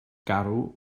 garw